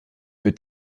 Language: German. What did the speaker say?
wird